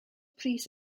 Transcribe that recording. pris